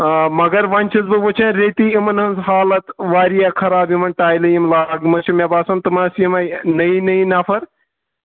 آ مگر وۄنۍ چُھس بہٕ وٕچھان ریتی یِمن ہٕنز حالت واریاہ خراب یمن ٹایلہٕ یم لاج مَژٕ چھِ مےٚ باسان تِم آسہٕ یِمٕے نٔے نٔے نَفَر